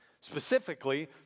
specifically